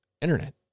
internet